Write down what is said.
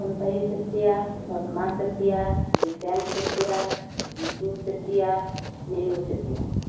Sonpahi Chetia Padma Chetia Jiten Chetia Jitu Chetia Niru Chetia